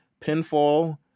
Pinfall